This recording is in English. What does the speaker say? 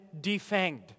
defanged